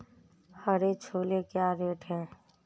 हरे छोले क्या रेट हैं?